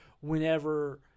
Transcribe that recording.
whenever